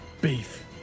Beef